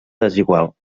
desigual